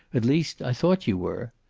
at least, i thought you were.